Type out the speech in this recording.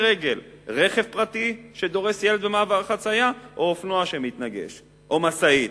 רכב פרטי שדורס ילד במעבר חצייה או אופנוע שמתנגש או משאית?